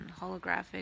holographic